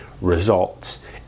results